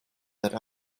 that